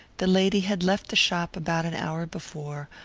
the lady had left the shop about an hour before,